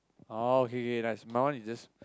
oh K K K there's there's just